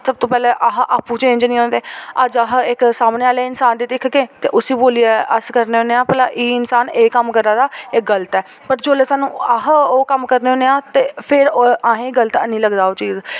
सब तो पैह्ले अह आपूं चेंज नी होंदे अज्ज अह इक सामने आह्ले इंसान गी दिक्खगे ते उसी बोलियै अस करने होन्ने आं भला एह् इंसान एह् कम्म करा दा ऐ एह् गलत ऐ पर जेल्लै सानू अस ओह् कम्म करने होन्ने आं ते फिर ओह् असें गलत हैनी लगदा ओह् चीज